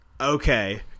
okay